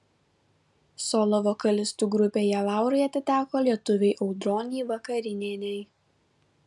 solo vokalistų grupėje laurai atiteko lietuvei audronei vakarinienei